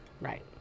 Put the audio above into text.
Right